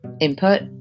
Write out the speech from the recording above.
input